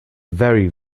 very